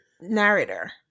narrator